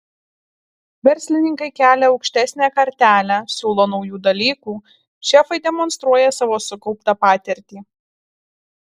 verslininkai kelia aukštesnę kartelę siūlo naujų dalykų šefai demonstruoja savo sukauptą patirtį